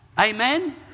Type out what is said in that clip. Amen